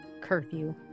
curfew